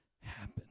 happen